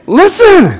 listen